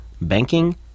Banking